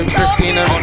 Christina